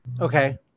Okay